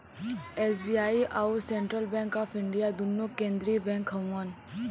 SBI अउर Central Bank of India दुन्नो केन्द्रिय बैंक हउअन